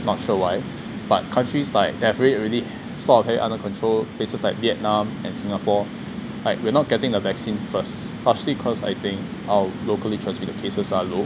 not sure why but countries like that have definitely already sort of got it under control places like vietnam and singapore like we're not getting a vaccine first partially because I think our locally transmitted cases are low